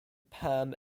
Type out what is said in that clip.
pam